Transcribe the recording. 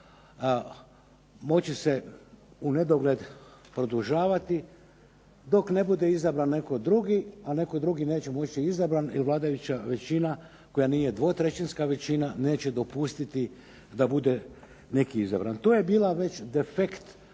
moći se unedogled produžavati dok ne bude izabran netko drugi, a netko drugi neće moći biti izabran jer vladajuća većina koja nije dvotrećinska većina neće dopustiti da bude neki izabran. To je bila već defekt